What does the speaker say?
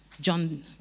John